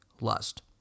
lust